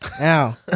Now